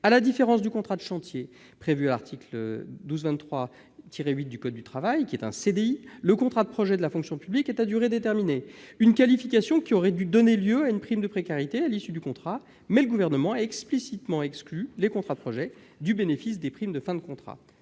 À la différence du contrat de chantier prévu à l'article L. 1223-8 du code du travail, qui est un CDI, le contrat de projet de la fonction publique est à durée déterminée. Cette qualification aurait dû donner lieu à une prime de précarité à l'issue du contrat, mais le Gouvernement a explicitement exclu les contrats de projet du bénéfice des primes de fin de contrat-